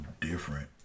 different